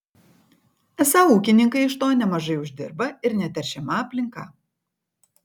esą ūkininkai iš to nemažai uždirba ir neteršiama aplinka